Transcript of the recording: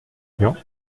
tian